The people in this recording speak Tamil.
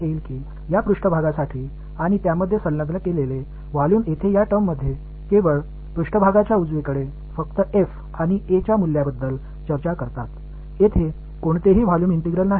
இந்த மேற்பரப்புக்கானது என்பதை நீங்கள் கவனிப்பீர்கள் மற்றும் அதில் இணைக்கப்பட்டுள்ள அளவு இங்கே இந்த வெளிப்பாடு f மற்றும் A இன் மதிப்புகளைப் பற்றி மட்டுமே மேற்பரப்பில் பேசுகிறது இங்கு எந்த வால்யூம் இன்டெக்ரால் இல்லை